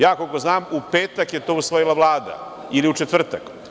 Ja koliko znam, u petak je to usvojila Vlada ili u četvrtak.